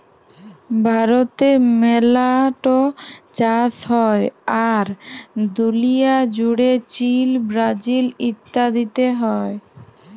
ভারতে মেলা ট চাষ হ্যয়, আর দুলিয়া জুড়ে চীল, ব্রাজিল ইত্যাদিতে হ্য়য়